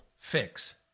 fix